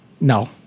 No